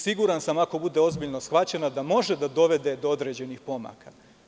Siguran sam ako bude ozbiljno shvaćena da može da dovede do određenih pomaka.